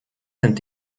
sind